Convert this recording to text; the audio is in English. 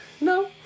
No